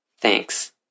Thanks